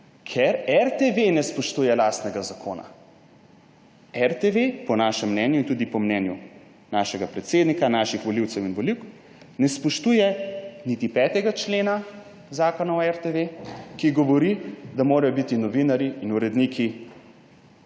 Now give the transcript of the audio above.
ker RTV ne spoštuje lastnega zakona. RTV po našem mnenju in tudi po mnenju našega predsednika, naših volivk in volivcev ne spoštuje niti 5. člena Zakona o RTV, ki govori, da morajo biti novinarji in uredniki